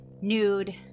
nude